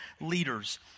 leaders